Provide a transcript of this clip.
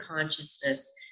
consciousness